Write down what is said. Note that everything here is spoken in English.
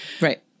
right